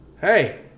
hey